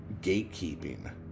gatekeeping